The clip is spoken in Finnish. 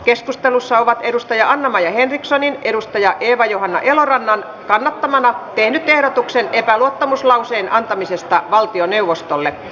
keskustelussa on anna maja henriksson eeva johanna elorannan kannattamana tehnyt ehdotuksen epäluottamuslauseen antamisesta valtioneuvostolle